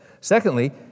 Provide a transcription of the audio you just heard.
Secondly